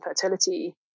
fertility